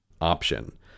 option